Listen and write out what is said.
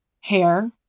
hair